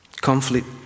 conflict